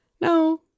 No